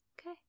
Okay